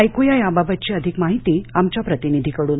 ऐकुया याबाबतची अधिक माहिती आमच्या प्रतिनिधीकडून